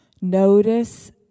Notice